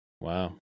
Wow